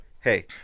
hey